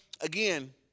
again